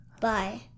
Bye